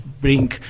bring